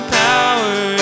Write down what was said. power